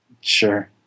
Sure